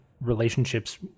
relationships